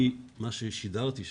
מה ששידרתי,